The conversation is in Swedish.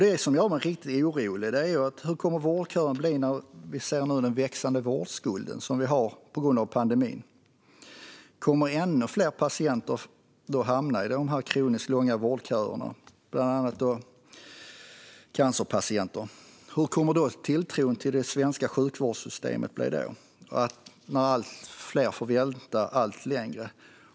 Det som gör mig riktigt orolig är hur vårdköerna kommer att bli med den växande vårdskuld som vi nu har på grund av pandemin. Kommer ännu fler patienter, bland annat cancerpatienter, att hamna i de kroniskt långa vårdköerna? Hur kommer tilltron till det svenska sjukvårdssystemet att bli då, om allt fler får vänta allt längre?